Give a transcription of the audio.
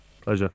pleasure